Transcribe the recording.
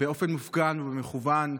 באופן מופגן ומכוון,